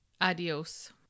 Adios